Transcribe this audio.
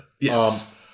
Yes